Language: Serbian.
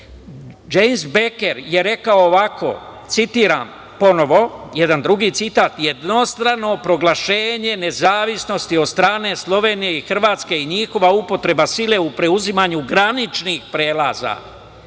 Bejker je rekao ovako, citiram ponovo jedan drugi citat: „Jednostrano proglašenje nezavisnosti od strane Slovenije i Hrvatske i njihova upotreba sila u preuzimanju graničnih prelaza